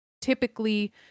typically